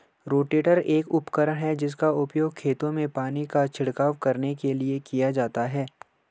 rotator एक उपकरण है जिसका उपयोग खेतों में पानी का छिड़काव करने के लिए किया जाता है